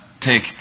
take